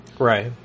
Right